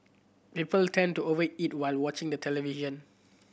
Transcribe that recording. people tend to over eat while watching the television